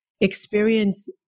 experience